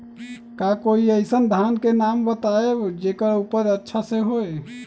का कोई अइसन धान के नाम बताएब जेकर उपज अच्छा से होय?